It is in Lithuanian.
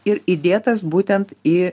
ir įdėtas būtent į